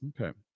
Okay